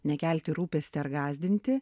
ne kelti rūpestį ar gąsdinti